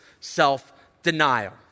self-denial